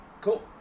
Cool